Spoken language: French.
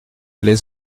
les